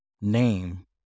name